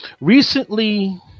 Recently